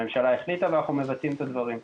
הממשלה החליטה ואנחנו מבצעים את הדברים.